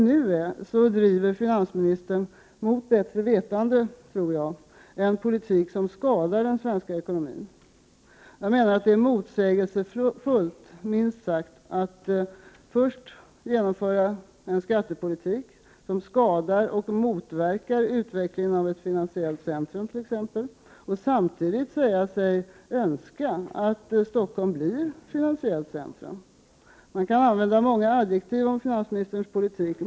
Nu driver finansministern, mot bättre vetande, en politik som skadar den svenska ekonomin. Det är minst sagt motsägelsefullt att först genomföra en skattepolitik som skadar och motverkar utvecklingen av t.ex. ett finansiellt centrum och samtidigt säga sig önska att Stockholm skall bli ett finansiellt centrum. Man kan använda många adjektiv om finansministerns politik.